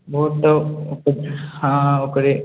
बहुत हँ हँ ओकरे